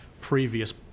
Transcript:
previous